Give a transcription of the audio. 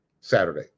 Saturday